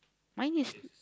mine is